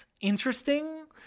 interesting